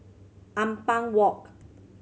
Ampang Walk